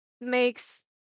makes